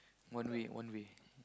one way one way